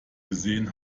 gesehen